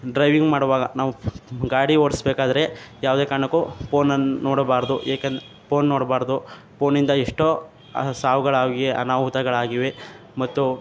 driving ಮಾಡುವಾಗ ನಾವು ಗಾಡಿ ಓಡಿಸ್ಬೇಕಾದ್ರೆ ಯಾವುದೇ ಕಾರಣಕ್ಕೂ ಫೋನನ್ನ ನೋಡಬಾರದು ಏಕೆ ಫೋನ್ ನೋಡಬಾರ್ದು ಫೋನಿಂದ ಎಷ್ಟೋ ಸಾವುಗಳಾಗಿ ಅನಾಹುತಗಳಾಗಿವೆ ಮತ್ತು